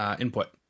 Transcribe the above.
input